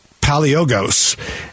Paliogos